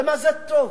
למה זה טוב?